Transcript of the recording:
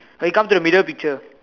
when you come to the middle picture